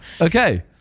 Okay